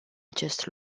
acest